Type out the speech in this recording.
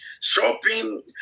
shopping